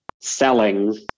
selling